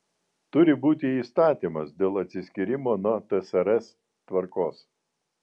turi būti įstatymas dėl atsiskyrimo nuo tsrs tvarkos